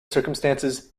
circumstances